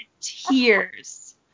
tears